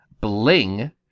Bling